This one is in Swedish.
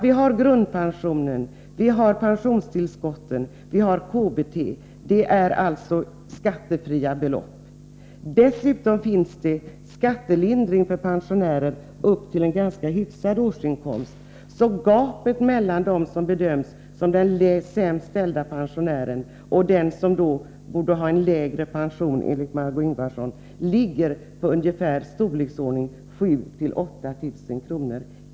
Vi har grundpensionen, vi har pensionstillskottet, vi har KBT. Det är skattefria belopp. Dessutom finns det skattelindring för pensionärer upp till en ganska hyfsad årsinkomst, så gapet mellan dem som bedöms som de sämst ställda pensionärerna och dem som enligt Margö Ingvardsson borde ha en lägre pension är i storleksordningen 7 000-8 000 kr.